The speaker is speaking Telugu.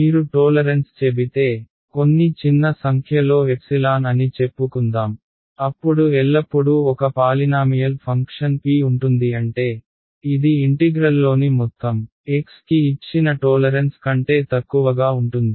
మీరు టోలరెన్స్ చెబితే కొన్ని చిన్న సంఖ్యలో ఎప్సిలాన్ అని చెప్పుకుందాం అప్పుడు ఎల్లప్పుడూ ఒక పాలినామియల్ ఫంక్షన్ p ఉంటుంది అంటే ఇది ఇంటిగ్రల్లోని మొత్తం x కి ఇచ్చిన టోలరెన్స్ కంటే తక్కువగా ఉంటుంది